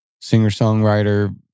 singer-songwriter